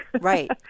Right